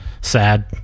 sad